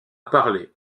parlé